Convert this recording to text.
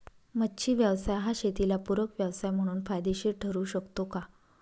मच्छी व्यवसाय हा शेताला पूरक व्यवसाय म्हणून फायदेशीर ठरु शकतो का?